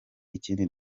ikindi